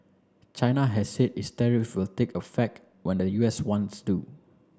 china has said its tariffs will take effect when the U S ones do